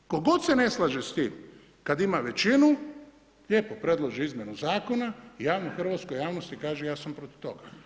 Tko god se ne slaže s tim, kad ima većinu, lijepo predloži izmjenu Zakona, javno hrvatskoj javnosti kaže ja sam protiv toga.